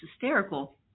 hysterical